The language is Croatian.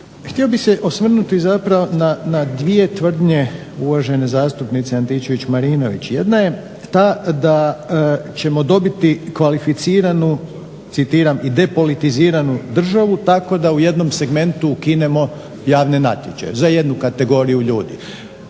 htio bih se osvrnuti zapravo na dvije tvrdnje uvažene zastupnice Antičević-Marinović. Jedna je ta da ćemo dobiti kvalificiranu, citiram, i depolitiziranu državu tako da u jednom segmentu ukinemo javne natječaje za jednu kategoriju ljudi.